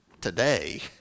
Today